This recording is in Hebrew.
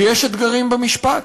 ויש אתגרים במשפט,